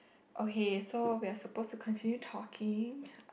okay so we are supposed to continue talking